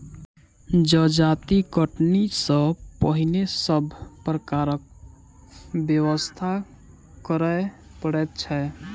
जजाति कटनी सॅ पहिने सभ प्रकारक व्यवस्था करय पड़ैत छै